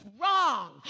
Wrong